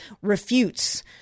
refutes